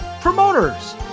Promoters